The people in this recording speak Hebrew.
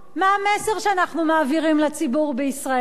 מה המסר שאנחנו מעבירים לציבור בישראל?